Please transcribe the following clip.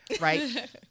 right